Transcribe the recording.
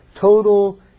total